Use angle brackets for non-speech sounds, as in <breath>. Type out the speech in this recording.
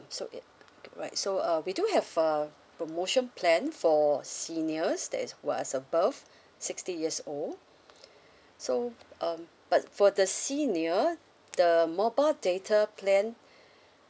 so it right so uh we do have a promotion plan for seniors that is who are above sixty years old so um but for the senior the mobile data plan <breath>